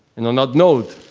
and on that note,